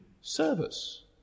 service